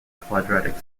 quadratic